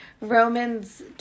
Romans